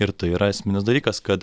ir tai yra esminis dalykas kad